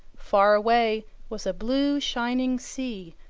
far away was a blue shining sea,